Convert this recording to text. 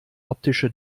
optische